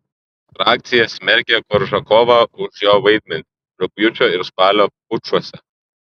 frakcija smerkia koržakovą už jo vaidmenį rugpjūčio ir spalio pučuose